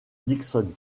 dickson